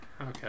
Okay